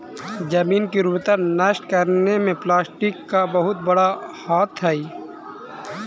जमीन की उर्वरता नष्ट करने में प्लास्टिक का बहुत बड़ा हाथ हई